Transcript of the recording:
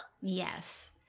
Yes